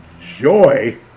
Joy